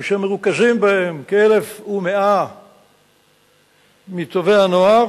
אשר מרוכזים בהם כ-1,100 מטובי הנוער,